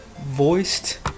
voiced